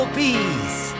peace